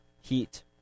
heat